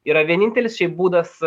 yra vienintelis šiaip būdas